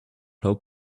help